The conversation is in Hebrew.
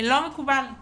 לא מקובלת